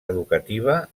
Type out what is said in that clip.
educativa